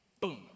Boom